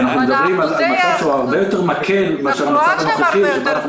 אנחנו מדברים על מצב שהוא הרבה יותר מקל מאשר המצב הנוכחי שבו